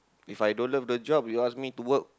If I don't love the job you ask me to work